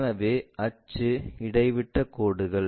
எனவே அச்சு இடைவிட்டக் கோடுகள்